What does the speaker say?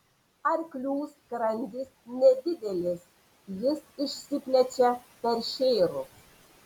arklių skrandis nedidelis jis išsiplečia peršėrus